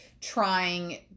trying